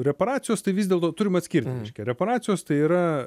reparacijos tai vis dėlto turim atskirt reiškia reparacijos tai yra